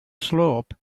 slope